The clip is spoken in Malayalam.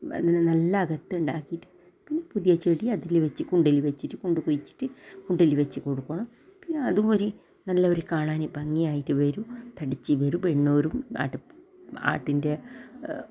അതിനെ നല്ല അകത്ത്ണ്ടാക്കിട്ട് പിന്നെ പുതിയ ചെടി അതിൽ വെച്ച് കൂടയിൽ വെച്ച് കൊണ്ട് കുഴിച്ചിറ്റ് കുഴിയിൽ വെച്ച് കൊടുക്കണം പിന്നെ അതുമൊരു നല്ലൊരു കാണാന് ഭംഗിയായിട്ട് വരും തടിച്ച് വരും വെണ്ണൂറും ആട്ടിൻ്റെ